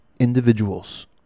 Individuals